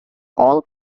all